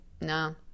no